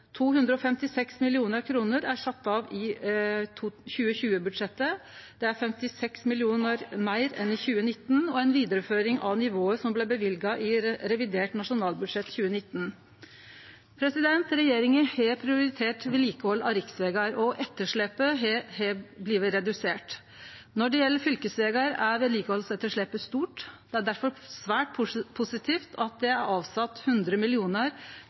256 mill. kr er sette av i 2020-budsjettet. Det er 56 mill. kr meir enn i 2019 og ei vidareføring av nivået som blei løyvt i revidert nasjonalbudsjett 2019. Regjeringa har prioritert vedlikehald av riksvegar, og etterslepet har blitt redusert. Når det gjeld fylkesvegar, er vedlikehaldsetterslepet stort. Det er derfor svært positivt at det er avsett 100